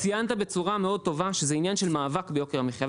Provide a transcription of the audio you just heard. ציינת בצורה מאוד טובה שזה עניין של מאבק ביוקר המחייה.